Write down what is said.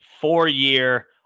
four-year